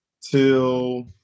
till